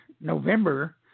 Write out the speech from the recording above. November